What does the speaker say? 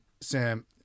Sam